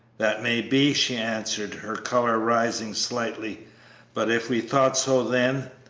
that may be, she answered, her color rising slightly but if we thought so then,